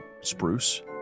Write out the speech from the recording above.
Spruce